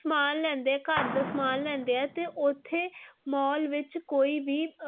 ਸਮਾਨ ਲੈਂਦੇ ਘਰ ਦਾ ਸਮਾਨ ਲੈਂਦੇ ਆ ਤੇ ਉਥੇ ਮਾਲ ਵਿੱਚ ਕੋਈ ਵੀ